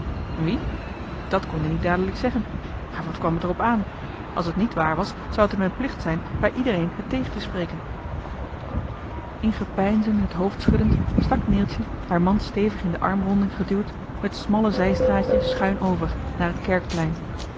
wie dat kon d ie niet dadelijk zeggen maar wat kwam het er op aan als het niet waar was zou t hem een plicht zijn tegen iedereen het tegen te spreken in gepeinzen het hoofd schuddend stak neeltje haar mand stevig in de armronding geduwd het smalle zijstraatje schuin over naar het kerkplein